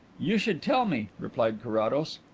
you shall tell me, replied carrados.